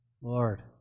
Lord